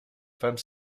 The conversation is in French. femmes